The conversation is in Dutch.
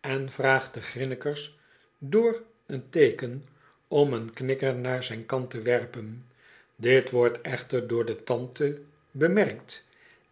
en vraagt de grinnikers door een teeken om een knikker naar zijn kant te werpen dit wordt echter door de tante bemerkt